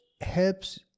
helps